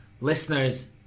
Listeners